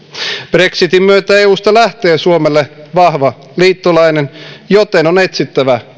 brexitin myötä eusta lähtee suomelle vahva liittolainen joten on etsittävä